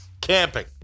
Camping